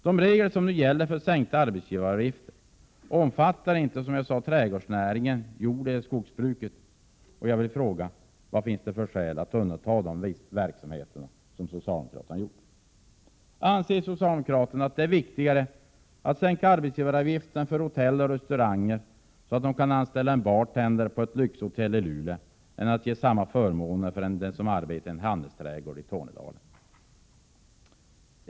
De regler som nu gäller för sänkta arbetsgivaravgifter omfattar inte trädgårdsnäringen eller jordoch skogsbruket. Jag vill fråga: Vad finns det för skäl att undanta de verksamheterna, som socialdemokraterna har gjort? Anser socialdemokraterna att det är viktigare att sänka arbetsgivaravgiften för hotell och restauranger, så att de kan anställa en bartender på ett lyxhotell i Luleå, än att ge samma förmåner till den som arbetar på en handelsträdgård i Tornedalen?